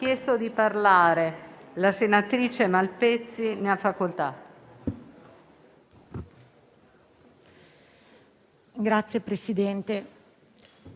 Grazie Presidente.